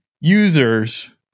users